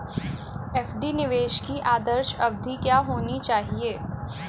FD निवेश की आदर्श अवधि क्या होनी चाहिए?